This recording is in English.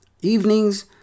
evenings